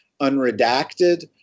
unredacted